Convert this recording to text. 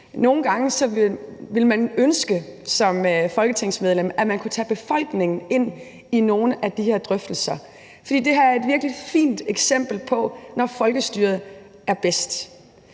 folketingsmedlem, at man kunne tage befolkningen ind i nogle af de her drøftelser. For det her er et virkelig fint eksempel på, når folkestyret er bedst.